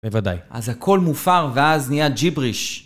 בוודאי. אז הכל מופר ואז נהיה ג'יבריש.